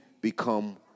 become